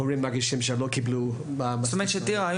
טירה,